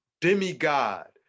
demigod